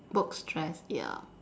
work stress ya